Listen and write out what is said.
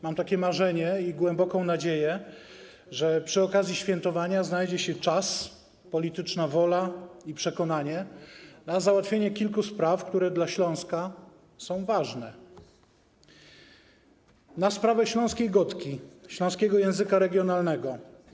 Mam takie marzenie i głęboką nadzieję, że przy okazji świętowania znajdzie się czas, polityczna wola i przekonanie, jeśli chodzi o załatwienie kilku spraw, które dla Śląska są ważne, takich jak sprawa śląskiej godki, śląskiego języka regionalnego.